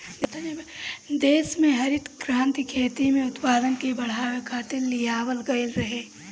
देस में हरित क्रांति खेती में उत्पादन के बढ़ावे खातिर लियावल गईल रहे